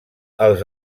els